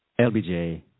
LBJ